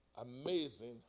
amazing